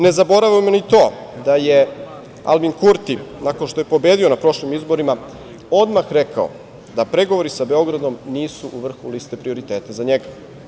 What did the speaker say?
Ne zaboravimo ni to da je Albin Kurti nakon što je pobedio na prošlim izborima odmah rekao da pregovori sa Beogradom nisu u vrhu liste prioriteta za njega.